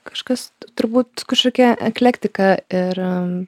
kažkas turbūt kažkokia eklektika ir